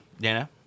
Dana